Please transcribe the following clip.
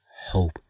hope